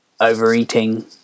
overeating